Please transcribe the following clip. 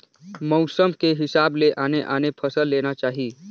मउसम के हिसाब ले आने आने फसल लेना चाही